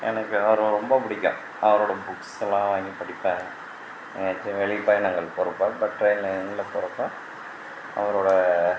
எனக்கு அவரை ரொம்ப பிடிக்கும் அவரோடய புக்ஸெல்லாம் வாங்கி படிப்பேன் எதாச்சும் வெளி பயணங்கள் போகிறப்ப ட்ரயினில் கிரயின்ல போகிறப்ப அவரோடய